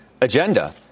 agenda